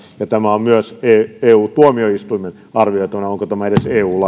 ja tämä on myös eu tuomioistuimen arvioitavana onko tämä edes eu